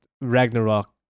Ragnarok